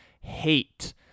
hate